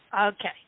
Okay